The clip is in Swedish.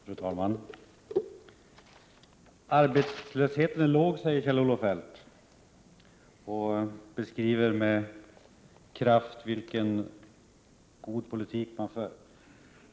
Fru talman! Arbetslösheten är låg, säger Kjell-Olof Feldt, och beskriver med kraft vilken god politik man för.